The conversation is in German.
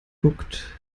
guckt